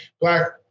black